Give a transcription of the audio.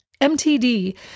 MTD